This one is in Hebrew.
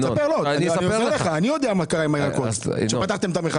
אני יודע מה קרה עם הירקות, כשפתחתם את המכסים.